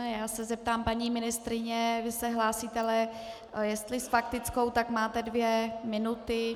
Já se zeptám paní ministryně: Vy se hlásíte, ale jestli s faktickou, tak máte dvě minuty.